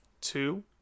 two